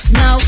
no